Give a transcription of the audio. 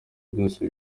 byose